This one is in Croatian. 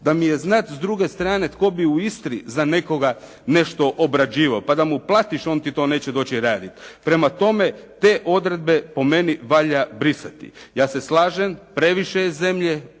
Da mi je znati s druge strane tko bi u Istri za nekoga nešto obrađivao. Pa da mu platiš on ti to neće doći raditi. Prema tome te odredbe po meni valja brisati. Ja se slažem previše je zemlje